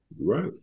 Right